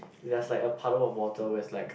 there's like a puddle of water where's like